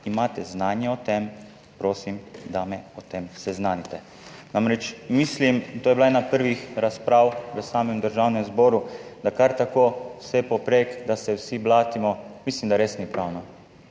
imate znanje o tem, prosim, da me o tem seznanite. Namreč mislim, in to je bila ena prvih razprav v samem Državnem zboru, da kar tako vse povprek, da se vsi blatimo, mislim, da res ni prav.